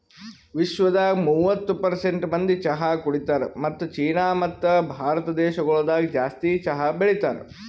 ವಿಶ್ವದಾಗ್ ಮೂವತ್ತು ಪರ್ಸೆಂಟ್ ಮಂದಿ ಚಹಾ ಕುಡಿತಾರ್ ಮತ್ತ ಚೀನಾ ಮತ್ತ ಭಾರತ ದೇಶಗೊಳ್ದಾಗ್ ಜಾಸ್ತಿ ಚಹಾ ಬೆಳಿತಾರ್